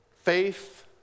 Faith